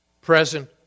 present